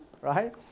right